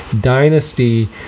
Dynasty